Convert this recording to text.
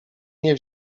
nie